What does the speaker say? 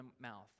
mouth